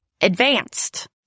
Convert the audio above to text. advanced